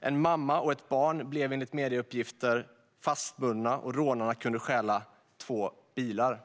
En mamma och ett barn blev enligt medieuppgifter fastbundna, och rånarna kunde stjäla två bilar.